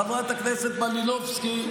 חברת הכנסת מלינובסקי,